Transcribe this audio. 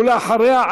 ואחריה,